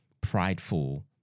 prideful